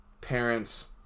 parents